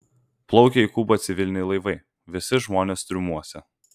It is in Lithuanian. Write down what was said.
plaukia į kubą civiliniai laivai visi žmonės triumuose